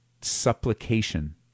supplication